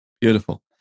Beautiful